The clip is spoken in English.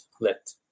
let